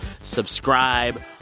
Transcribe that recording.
Subscribe